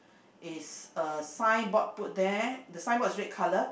is a signboard put there the signboard is red colour